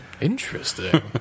Interesting